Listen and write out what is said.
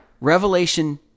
Revelation